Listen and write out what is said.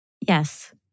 yes